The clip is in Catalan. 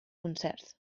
concerts